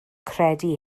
credu